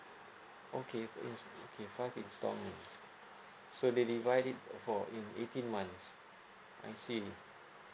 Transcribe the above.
okay okay five instalments so they divide it for in eighteen months I see